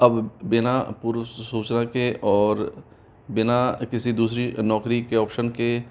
अब बिना पूर्व सूचना के और बिना किसी दूसरी नौकरी के ऑप्शन के